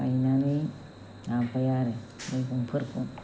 गायनानै लाबाय आरो मैगंफोरखौ